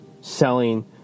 selling